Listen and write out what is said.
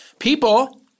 People